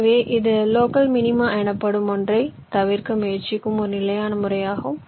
எனவே இது local minima எனப்படும் ஒன்றைத் தவிர்க்க முயற்சிக்கும் ஒரு நிலையான முறையாகும்